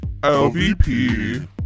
lvp